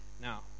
Now